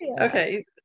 Okay